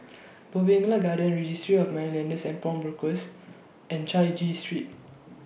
Bougainvillea Garden Registry of Moneylenders and Pawnbrokers and Chai Chee Street